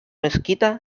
mezquita